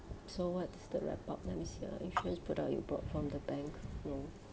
so what's the wrap up let me see ah insurance product you bought from the bank no